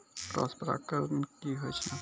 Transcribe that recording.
Cross परागण की होय छै?